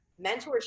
mentorship